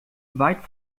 weit